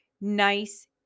nice